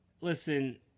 Listen